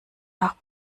nach